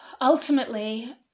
ultimately